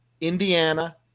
Indiana